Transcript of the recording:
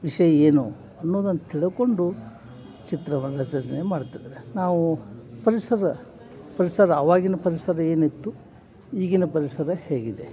ವಿಷಯ ಏನು ಅನ್ನೋದನ್ನು ತಿಳ್ಕೊಂಡು ಚಿತ್ರವನ್ನು ರಚನೆ ಮಾಡ್ತಿದ್ದಾರೆ ನಾವು ಪರಿಸರ ಪರಿಸರ ಅವಾಗಿನ ಪರಿಸರ ಏನಿತ್ತು ಈಗಿನ ಪರಿಸರ ಹೇಗಿದೆ